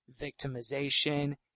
victimization